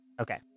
Okay